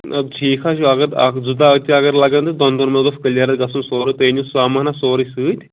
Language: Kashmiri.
نہَ حظ ٹھیٖک حظ چھُ اگر اَکھ زٕ دۄہ تہِ اگر لگن تہٕ دۄن دۅہَن منٛز گوٚژھ کٔلیر گژھُن سورُے تُہۍ أنِو سامان حظ سورُے سۭتۍ